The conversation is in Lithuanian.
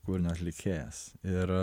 kūrinio atlikėjas ir